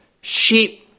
sheep